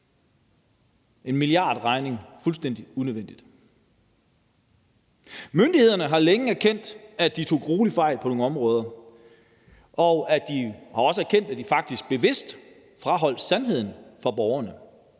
milliardregning. Myndighederne har længe erkendt, at de tog gruelig fejl på nogle områder, og de har også erkendt, at de faktisk bevidst forholdt borgerne